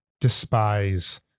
despise